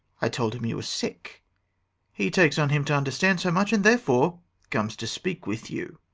i told him you were sick he takes on him to understand so much, and therefore comes to speak with you.